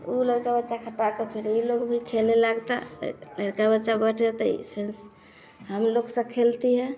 ऊ लईका बच्चा हटाकर फिर ई लोग भी खेले लागता लईका बच्चा बटत ई फिर हम लोग सब खेलती हैं